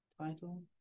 title